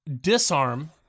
disarm